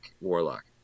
warlock